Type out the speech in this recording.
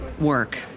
work